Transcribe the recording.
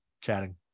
chatting